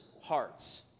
hearts